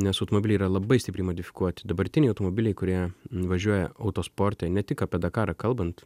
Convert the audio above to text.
nes automobiliai yra labai stipriai modifikuoti dabartiniai automobiliai kurie važiuoja autosporte ne tik apie dakarą kalbant